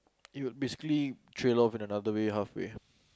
it will basically trial off in another way halfway